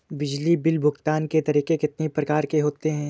बिजली बिल भुगतान के तरीके कितनी प्रकार के होते हैं?